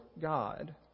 God